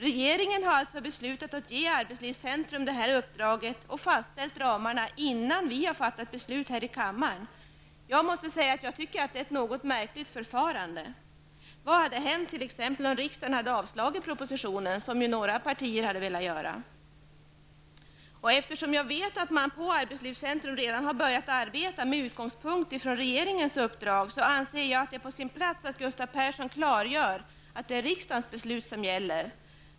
Regeringen har alltså beslutat att ge arbetslivscentrum detta uppdrag och fastställa ramarna innan vi har fattat beslut här i kammaren. Jag måste säga att jag tycker att det är ett något märkligt förfarande. Vad hade t.ex. hänt om riksdagen hade avslagit regeringens förslag, som några partier har velat göra? Eftersom jag vet att man på arbetslivscentrum redan har börjat arbeta med utgångspunkt från regeringens uppdrag anser jag att det är på sin plats att Gustav Persson klargör att det är riksdagens beslut som gäller.